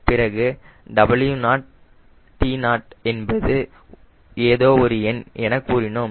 பிறகு T0 என்பது ஏதோ ஒரு எண் என கூறினோம்